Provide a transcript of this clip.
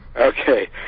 Okay